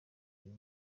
uyu